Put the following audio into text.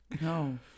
no